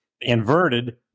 inverted